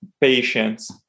patients